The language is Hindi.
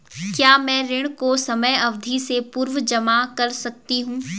क्या मैं ऋण को समयावधि से पूर्व जमा कर सकती हूँ?